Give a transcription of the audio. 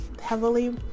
heavily